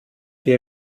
wir